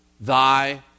Thy